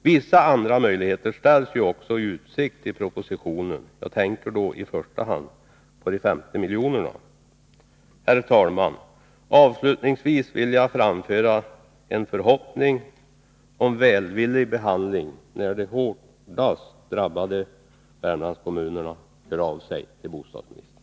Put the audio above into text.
Vissa andra möjligheter ställs också i utsikt i propositionen. Jag tänker då i första hand på anslaget på 50 milj.kr. Herr talman! Avslutningsvis vill jag framföra en förhoppning om att de hårdast drabbade Värmlandskommunerna får en välvillig behandling när de hör av sig till bostadsministern.